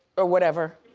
or whatever.